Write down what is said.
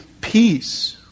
peace